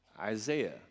Isaiah